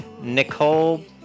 Nicole